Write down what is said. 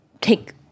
take